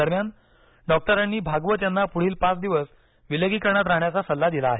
दरम्यान डॉक्टरांनी भागवत यांना पूढील पाच दिवस विलगीकरणात राहण्याचा सल्ला दिला आहे